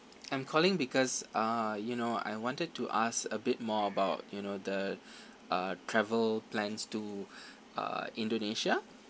I'm calling because uh you know I wanted to ask a bit more about you know the uh travel plans to uh indonesia